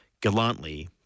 gallantly